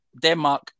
Denmark